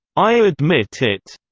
i admit it.